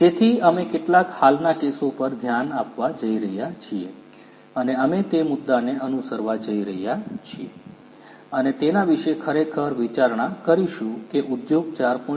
તેથી અમે કેટલાક હાલના કેસો પર ધ્યાન આપવા જઈ રહ્યા છીએ અને અમે તે મુદ્દાને અનુસરવા જઈ રહ્યા છીએ અને તેના વિશે ખરેખર વિચારણા કરીશું કે ઉદ્યોગ 4